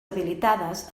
habilitades